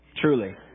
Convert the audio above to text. Truly